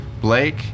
Blake